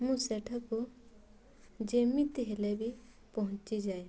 ମୁଁ ସେଠାକୁ ଯେମିତି ହେଲେ ବି ପହଞ୍ଚିଯାଏ